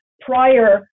prior